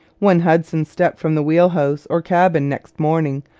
when hudson stepped from the wheel-house or cabin next morning,